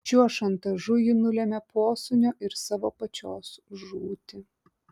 šiuo šantažu ji nulemia posūnio ir savo pačios žūtį